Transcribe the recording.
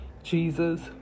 Jesus